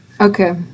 okay